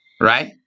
right